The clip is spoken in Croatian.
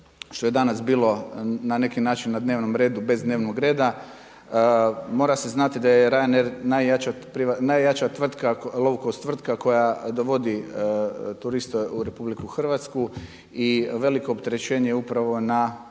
što je danas bilo na neki način na dnevnom redu bez dnevnog reda. Mora se znati da je Ryanair najjača … tvrtka koja dovodi turiste u RH i veliko opterećenje je upravo na